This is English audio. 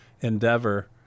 Endeavor